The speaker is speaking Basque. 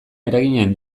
eraginen